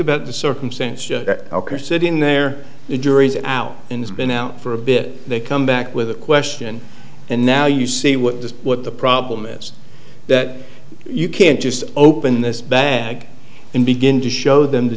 about the circumstances are sitting there the jury's out in this been out for a bit they come back with a question and now you see what the what the problem is that you can't just open this bag and begin to show them t